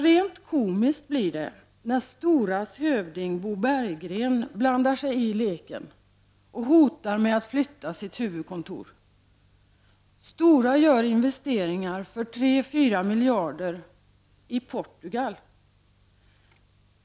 Rent komiskt blir det när STORA:s hövding Bo Berggren blandar sig i leken och hotar med att flytta sitt huvudkontor. STORA gör investeringar för 3—4 miljarder — i Portugal!